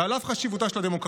ועל אף חשיבותה של הדמוקרטיה,